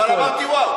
אבל אמרתי וואו.